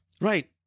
Right